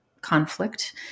conflict